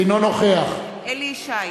אינו נוכח אליהו ישי,